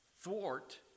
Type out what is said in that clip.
Thwart